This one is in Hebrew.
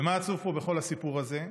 ומה עצוב פה, בכל הסיפור הזה?